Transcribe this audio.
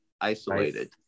isolated